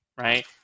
right